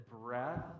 breath